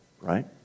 right